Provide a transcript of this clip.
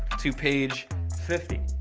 to page fifty.